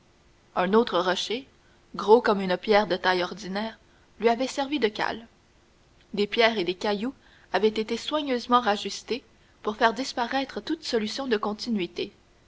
un autre rocher gros comme une pierre de taille ordinaire lui avait servi de cale des pierres et des cailloux avaient été soigneusement rajustés pour faire disparaître toute solution de continuité